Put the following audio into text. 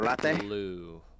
blue